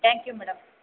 thank you madam